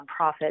nonprofit